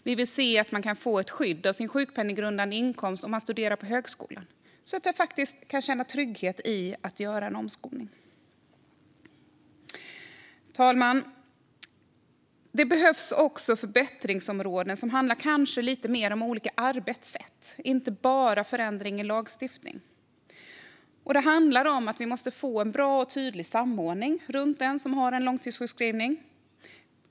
Vi vill se ett skydd för den sjukpenninggrundande inkomsten om man studerar på högskola så att man kan känna trygghet i att göra en omskolning. Fru talman! Det behöver även göras förbättringar som kanske handlar lite mer om olika arbetssätt, inte bara förändring i lagstiftning. Vi måste få en bra och tydlig samordning runt den som har en långtidssjukskrivning.